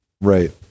Right